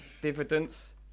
Dividends